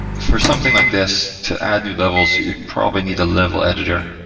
for something like this to add new levels, you'd probably need a level editor,